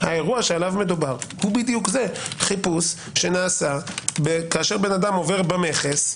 האירוע שעליו מדובר בדיוק זה - חיפוש שנעשה כשאדם עובר במכס,